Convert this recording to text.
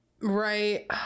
right